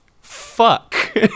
fuck